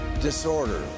disorder